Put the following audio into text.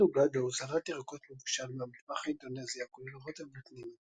גאדו-גאדו הוא סלט ירקות מבושל מהמטבח האינדונזי הכולל רוטב בוטנים.